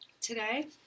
today